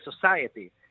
society